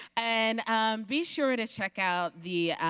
and be sure to check out the